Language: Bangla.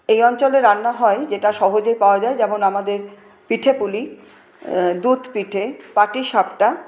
এই অঞ্চলে রান্না হয় যেটা সহজে পাওয়া যায় যেমন আমাদের পিঠেপুলি দুধ পিঠে পাটিসাপটা